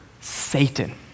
Satan